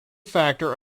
factor